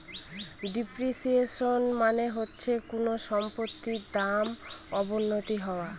depreciation মানে হচ্ছে কোনো সম্পত্তির দাম অবনতি হওয়া